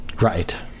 Right